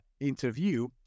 interview